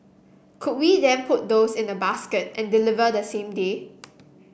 could we then put those in a basket and deliver the same day